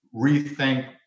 rethink